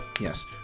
Yes